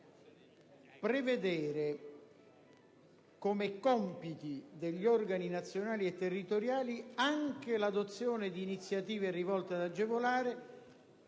«prevedere come compiti degli organi nazionali e territoriali anche l'adozione di iniziative rivolte ad agevolare...»,